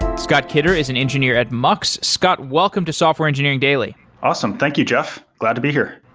scott kidder is an engineer at mux. scott, welcome to software engineering daily awesome. thank you, jeff. glad to be here.